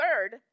third